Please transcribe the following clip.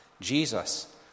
Jesus